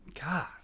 God